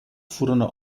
furono